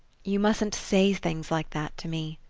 you mustn't say things like that to me,